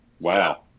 Wow